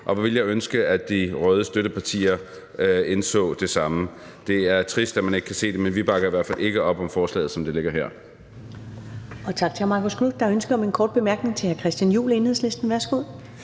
og hvor ville jeg ønske, at de røde støttepartier indså det samme. Det er trist, at man ikke kan se det, men vi bakker i hvert fald ikke op om forslaget, som det ligger her.